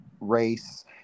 race